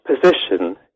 position